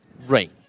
Rain